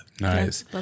Nice